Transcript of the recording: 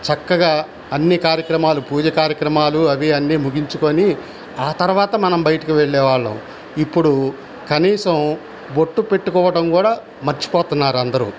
చక్కగా అన్ని కార్యక్రమాలు పూజ కార్యక్రమాలు అవి అన్ని ముగించుకొని ఆ తర్వాత మనం బయటకి వెళ్ళేవాళ్ళం ఇప్పుడు కనీసం బొట్టు పెట్టుకోవడం కూడా మర్చిపోతున్నారందరూ